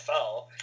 NFL